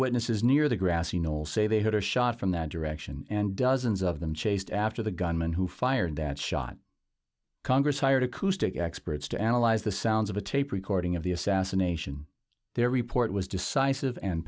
witnesses near the grassy knoll say they heard a shot from that direction and dozens of them chased after the gunman who fired that shot congress hired acoustic experts to analyze the sounds of a tape recording of the assassination their report was decisive and